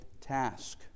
task